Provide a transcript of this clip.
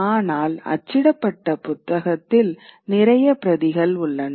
ஆனால் அச்சிடப்பட்ட புத்தகத்தில் நிறைய பிரதிகள் உள்ளன